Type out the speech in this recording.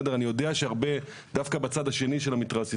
אני יודע שדווקא בצד השני של המתרס,